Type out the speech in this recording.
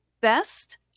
best